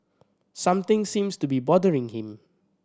something seems to be bothering him